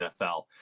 NFL